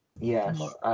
Yes